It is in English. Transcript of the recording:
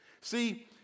See